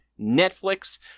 Netflix